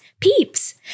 Peeps